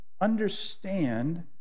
understand